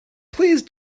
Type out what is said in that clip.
please